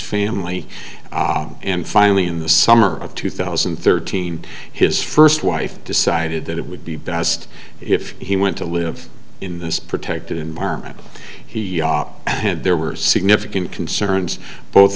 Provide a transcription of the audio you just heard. family and finally in the summer of two thousand and thirteen his first wife decided that it would be best if he went to live in this protected environment he had there were significant concerns both